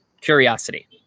curiosity